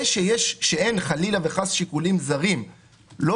זה שאין חלילה וחס שיקולים זרים לא